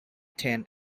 ten